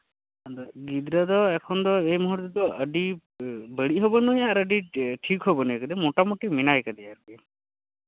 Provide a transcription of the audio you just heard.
ᱟᱫᱚ ᱜᱤᱫᱨᱟᱹ ᱫᱚ ᱮᱠᱷᱚᱱ ᱫᱚ ᱮᱭ ᱢᱩᱦᱩᱨᱛᱮ ᱫᱚ ᱟᱹᱰᱤ ᱵᱟᱹᱲᱤᱡ ᱦᱚᱸ ᱵᱟᱹᱱᱩᱭᱟ ᱟᱨ ᱴᱷᱤᱠᱦᱚᱸ ᱵᱟᱹᱱᱩᱭ ᱟᱠᱟᱫᱮᱭᱟ ᱢᱚᱴᱟᱢᱩᱴᱤ ᱢᱮᱱᱟᱭ ᱟᱠᱟᱫᱮᱭᱟ ᱟᱨᱠᱤ